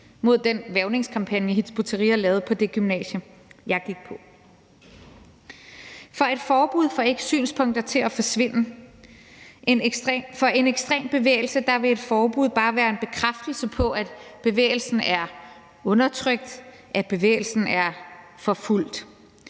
mod den hvervekampagne, Hizb ut-Tahrir lavede på det gymnasie, jeg gik på. Et forbud får ikke synspunkter til at forsvinde. For en ekstrem bevægelse vil et forbud bare være en bekræftelse på, at bevægelsen er undertrykt, og at bevægelsen er forfulgt.